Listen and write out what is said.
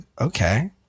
okay